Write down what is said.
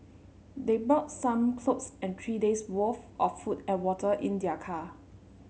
they brought some clothes and three days'worth of food and water in their car